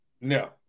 no